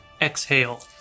exhale